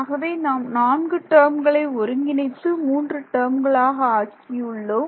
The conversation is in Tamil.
ஆகவே நாம் நான்கு டேர்ம்களை ஒருங்கிணைத்து மூன்று டேர்ம்களாக ஆக்கியுள்ளோம்